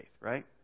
right